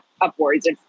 upwards